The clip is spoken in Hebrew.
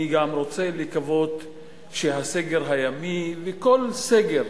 אני גם רוצה לקוות שהסגר הימי, וכל סגר